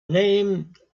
named